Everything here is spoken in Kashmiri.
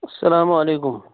اسلام علیکُم